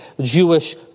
Jewish